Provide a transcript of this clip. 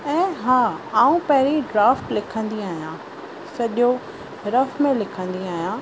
ऐं हा आऊं पहिरीं ड्राफ्ट लिखंदी आहियां सॼो रफ में लिखंदी आहियां